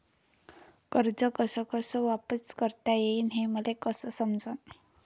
कर्ज कस कस वापिस करता येईन, हे मले कस समजनं?